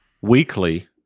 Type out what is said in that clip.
weekly